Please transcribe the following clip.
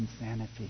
insanity